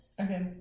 Okay